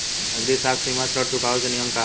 नगदी साख सीमा ऋण चुकावे के नियम का ह?